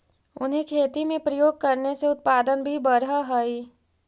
उन्हें खेती में प्रयोग करने से उत्पादन भी बढ़अ हई